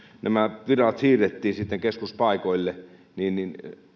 nämä virat siirrettiin keskuspaikoille niin niin